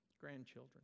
grandchildren